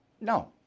No